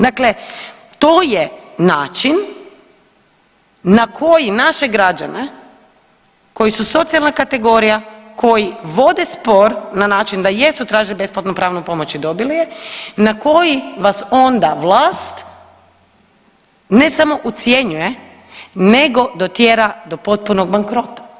Dakle, to je način na koji nače građane koji su socijalna kategorija, koji vode spor na način da jesu tražili besplatnu pravnu pomoć i dobili je na koji vas onda vlast ne samo ucjenjuje nego dotjera do potpunog bankrota.